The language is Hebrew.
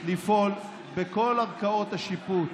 לפעול, בכל ערכאות השיפוט,